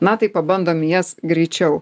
na tai pabandom į jas greičiau